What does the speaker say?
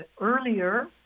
earlier